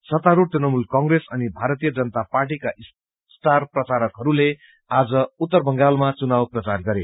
सत्तरूढ़ तृणमूल कग्रेस अनि भारतीय जनता पार्टीका स्टार प्रचारकहरूले आज उत्तर बंगालमा चुनाव प्रचार गरे